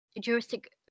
juristic